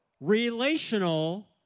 relational